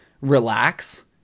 relax